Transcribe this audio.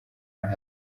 hamwe